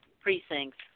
precincts